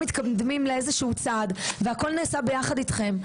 מתקדמים לאיזשהו צעד והכל נעשה יחד איתכם,